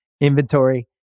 inventory